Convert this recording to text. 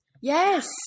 Yes